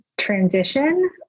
transition